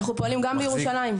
אנחנו פועלים גם בירושלים.